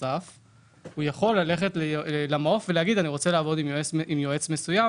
הוא גם יכול ללכת למעוף ולבקש לעבוד עם יועץ מסוים.